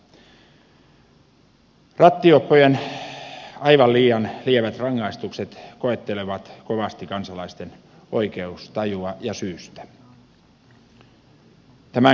rattijuoppojen aivan liian lievät rangaistukset koettelevat kovasti kansalaisten oikeustajua ja syystä